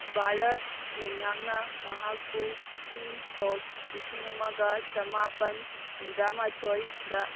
ꯚꯥꯔꯠ ꯂꯩꯉꯥꯛꯅ ꯃꯍꯥꯛꯄꯨ ꯏꯪ ꯁꯣꯛ ꯂꯤꯁꯤꯡ ꯑꯃꯒ ꯆꯃꯥꯄꯟ ꯍꯨꯝꯗ꯭ꯔꯥ ꯃꯥꯊꯣꯏꯗ